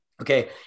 okay